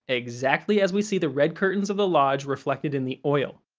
exactly as we see the red curtains of the lodge reflected in the oil.